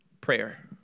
prayer